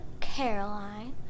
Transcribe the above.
caroline